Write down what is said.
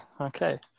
Okay